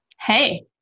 Hey